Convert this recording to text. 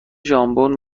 ژامبون